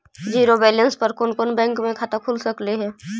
Zero balance पर कोन कोन बैंक में खाता खुल सकले हे?